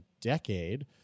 decade